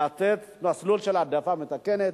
לתת מסלול של העדפה מתקנת.